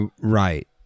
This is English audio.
Right